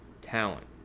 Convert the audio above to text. talent